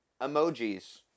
emojis